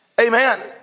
Amen